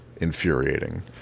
infuriating